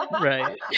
right